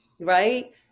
Right